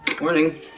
morning